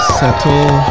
settle